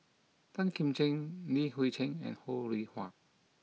Tan Kim Ching Li Hui Cheng and Ho Rih Hwa